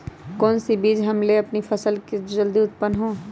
कौन सी बीज ले हम अपनी फसल के लिए जो जल्दी उत्पन हो?